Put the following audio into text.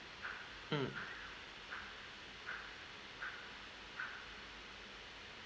mm